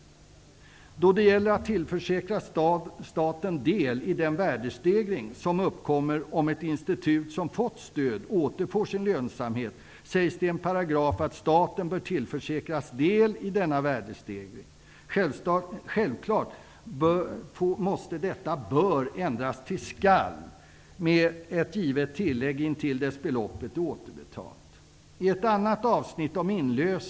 När det gäller att tillförsäkra staten del i den värdestegring som uppkommer om ett institut som har fått stöd återfår sin lönsamhet, sägs i en paragraf att staten bör tillförsäkras del i denna värdestegring. Självfallet måste detta ''bör'' ändras till ''skall'', med ett givet tillägg: intill dess beloppet är återbetalt.